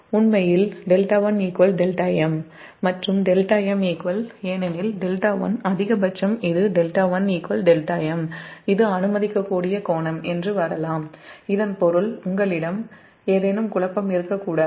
உண்மையில் 𝜹1 δm மற்றும் δm δ1 ஏனெனில் அதிகபட்சம் இது 𝜹1 δm அனுமதிக்கக்கூடிய கோணம் என்று வரலாம் இதன் பொருள் இங்கே உங்களிடம் ஏதேனும் குழப்பம் இருக்கக்கூடாது